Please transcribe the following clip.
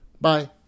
bye